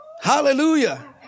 Hallelujah